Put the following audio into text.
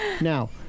Now